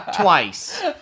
Twice